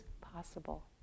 possible